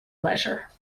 leisure